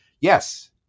Yes